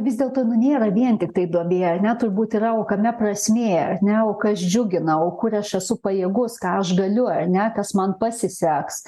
vis dėlto nu nėra vien tiktai duobė ar ne turbūt yra o kame prasmė ar ne o kas džiugina o kur aš esu pajėgus ką aš galiu ar ne kas man pasiseks